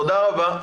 תודה רבה.